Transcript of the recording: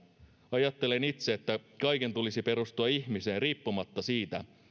ajattelen itse että kaiken tulisi perustua ihmiseen riippumatta siitä